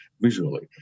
visually